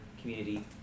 community